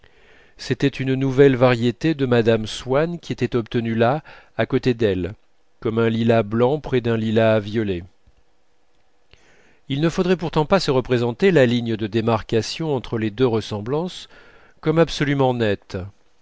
c'était une nouvelle variété de mme swann qui était obtenue là à côté d'elle comme un lilas blanc près d'un lilas violet il ne faudrait pourtant pas se représenter la ligne de démarcation entre les deux ressemblances comme absolument nette